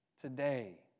today